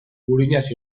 gurinaz